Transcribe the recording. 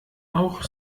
auch